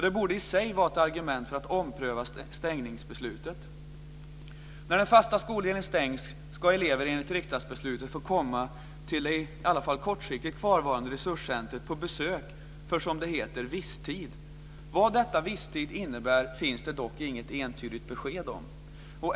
Det borde i sig vara ett argument för att ompröva stängningsbeslutet. När den fasta skoldelen stängs ska elever enligt riksdagsbeslutet få komma till det i alla fall kortsiktigt kvarvarande resurscentrumet för besök på, som det heter, visstid. Vad detta med "visstid" innebär finns det dock inget entydigt besked om.